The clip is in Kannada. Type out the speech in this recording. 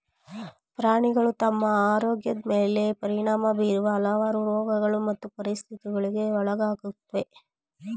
ಪ್ರಾಣಿಗಳು ತಮ್ಮ ಆರೋಗ್ಯದ್ ಮೇಲೆ ಪರಿಣಾಮ ಬೀರುವ ಹಲವಾರು ರೋಗಗಳು ಮತ್ತು ಪರಿಸ್ಥಿತಿಗಳಿಗೆ ಒಳಗಾಗುತ್ವೆ